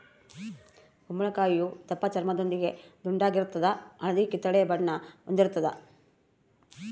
ಕುಂಬಳಕಾಯಿಯು ದಪ್ಪಚರ್ಮದೊಂದಿಗೆ ದುಂಡಾಗಿರ್ತದ ಹಳದಿ ಕಿತ್ತಳೆ ಬಣ್ಣ ಹೊಂದಿರುತದ